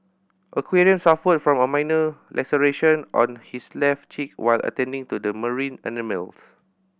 aquarium suffered from a minor laceration on his left cheek while attending to the marine animals